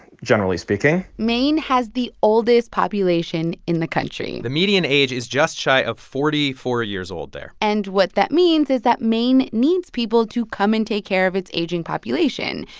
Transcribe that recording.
generally speaking maine has the oldest population in the country the median age is just shy of forty four years old there and what that means is that maine needs people to come and take care of its aging population.